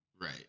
right